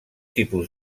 tipus